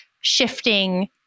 shifting